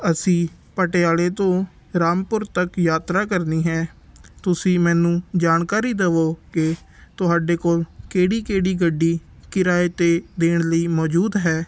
ਅਸੀਂ ਪਟਿਆਲੇ ਤੋਂ ਰਾਮਪੁਰ ਤੱਕ ਯਾਤਰਾ ਕਰਨੀ ਹੈ ਤੁਸੀਂ ਮੈਨੂੰ ਜਾਣਕਾਰੀ ਦੇਵੋ ਕਿ ਤੁਹਾਡੇ ਕੋਲ ਕਿਹੜੀ ਕਿਹੜੀ ਗੱਡੀ ਕਿਰਾਏ 'ਤੇ ਦੇਣ ਲਈ ਮੌਜੂਦ ਹੈ